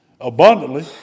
Abundantly